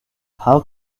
how